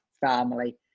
family